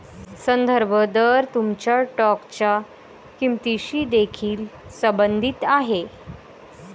संदर्भ दर तुमच्या स्टॉकच्या किंमतीशी देखील संबंधित आहे